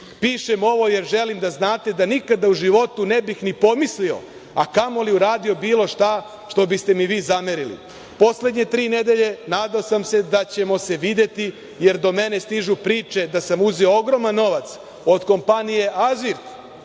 pišem ovo jer želim da znate da nikada u životu ne bih ni pomislio, a kamoli uradio bilo šta što biste mi vi zamerili. Poslednje tri nedelje nadao sam se da ćemo se videti, jer do mene stižu priče da sam uzeo ogroman novac od kompanije „Azvirt“.